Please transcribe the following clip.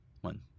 one